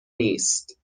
نیست